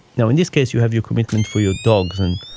now, in this case, you have your commitment for your dogs. and,